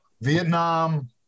Vietnam